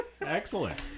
Excellent